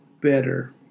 better